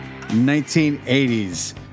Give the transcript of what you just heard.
1980s